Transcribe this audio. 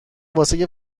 واسه